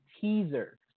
teaser